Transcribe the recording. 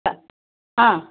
sir